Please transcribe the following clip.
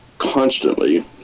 constantly